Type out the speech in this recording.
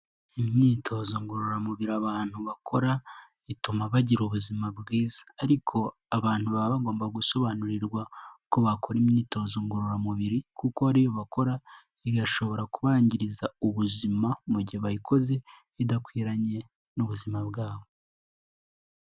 Imyitozo ngororamubiri abantu bakora ituma bagira ubuzima bwiza ariko abantu baba bagomba gusobanurirwa uko bakora imyitozo ngororamubiri kuko hari iyo bakora igashobora kubangiriza ubuzima, mu gihe bayikoze idakwiranye n'ubuzima bwabo.